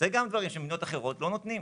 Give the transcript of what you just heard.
אלה גם דברים שבמדינות אחרות לא נותנים.